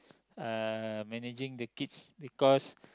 uh managing the kids because